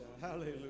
hallelujah